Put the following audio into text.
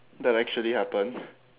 that actually happened